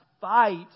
fight